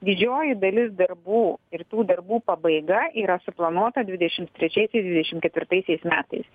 didžioji dalis darbų ir tų darbų pabaiga yra suplanuota dvidešim trečiaisiais dvidešim ketvirtaisiais metais